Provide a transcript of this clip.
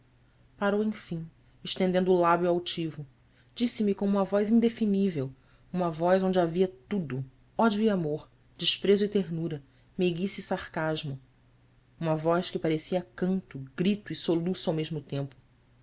parou enfim estendendo o lábio altivo disse-me com uma voz indefinível uma voz onde havia tudo ódio e amor desprezo e ternura meiguice e sarcasmo uma voz que parecia canto grito e soluço ao mesmo tempo